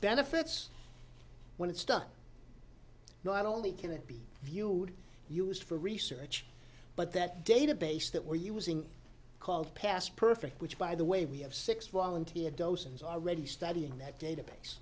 benefits when it stuck not only can it be viewed used for research but that database that we're using called past perfect which by the way we have six volunteer docents already studying that database